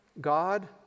God